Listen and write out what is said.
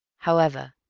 however,